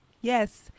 Yes